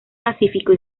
pacífico